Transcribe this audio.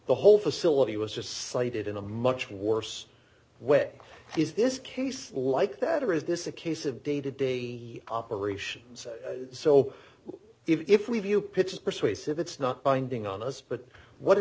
the whole facility was just cited in a much worse way is this case like that or is this a case of day to day operations so if we view pitch persuasive it's not binding on us but what